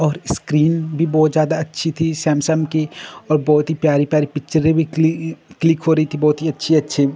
और स्क्रीन भी बहुत ज़्यादा अच्छी थी सैमसंग की और बहुत ही प्यारी प्यारी पिक्चरे भी क्लिक हो रही थी बहुत ही अच्छी अच्छी